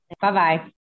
Bye-bye